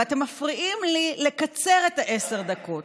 ואתם מפריעים לי לקצר את עשר הדקות.